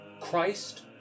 Christ